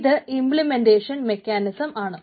ഇത് implementation mechanism ആണ്